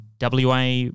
WA